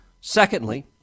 Secondly